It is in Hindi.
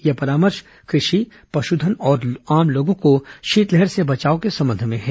यह परामर्श कृषि पशुधन और आम लोगों को शीतलहर से बचाव के संबंध में है